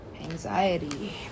anxiety